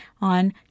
on